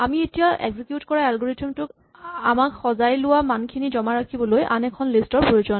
আমি এতিয়া এক্সিকিউট কৰা এলগৰিথম টোত আমাক সজাই লোৱা মানখিনি জমা ৰাখিবলৈ আন এখন লিষ্ট ৰ প্ৰয়োজন